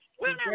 Women